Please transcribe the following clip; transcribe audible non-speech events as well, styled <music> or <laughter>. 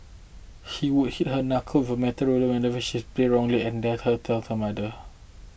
he would hit her knuckle with a metal ruler <unintelligible> she's played wrongly and dared her tell her mother